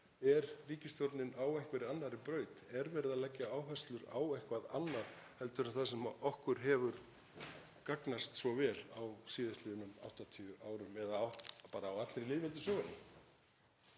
Er ríkisstjórnin á einhverri annarri braut? Er verið að leggja áherslu á eitthvað annað heldur en það sem okkur hefur gagnast svo vel á síðastliðnum 80 árum eða bara í allri lýðveldissögunni?